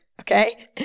Okay